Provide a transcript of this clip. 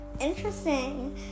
Interesting